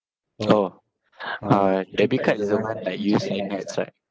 orh uh debit card is the one like you use right